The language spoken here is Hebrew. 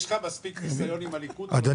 ערן,